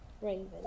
Raven